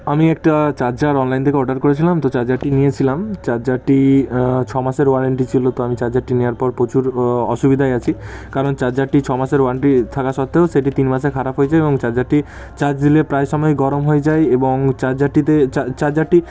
আমি একটা charger online থেকে অর্ডার করেছিলাম তো চার্জারটি নিয়েছিলাম চার্জারটি ছ মাসের ওয়ারেন্টি ছিল তো আমি চার্জারটি নেওয়ার পর প্রচুর অসুবিধায় আছি কারণ চার্জারটি ছ মাসের ওয়ারেন্টি থাকা সত্ত্বেও সেটি তিন মাসে খারাপ হয়ে যায় এবং চার্জারটি চার্জ দিলে প্রায় সময় গরম হয়ে যায় এবং চার্জারটিতে চার্জারটি